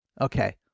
Okay